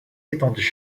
étendues